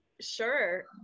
sure